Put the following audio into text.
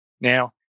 Now